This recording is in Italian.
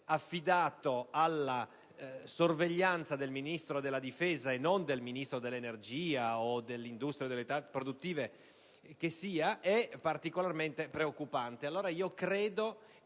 affidato alla sorveglianza del Ministero della difesa e non del Ministero dell'energia, dell'industria o delle attività produttive) è particolarmente preoccupante.